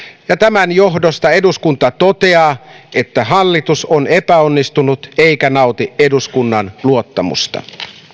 tämän johdosta eduskunta toteaa että hallitus on epäonnistunut eikä nauti eduskunnan luottamusta